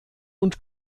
und